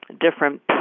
different